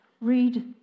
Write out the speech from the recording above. read